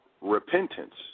repentance